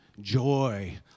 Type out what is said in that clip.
joy